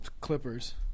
Clippers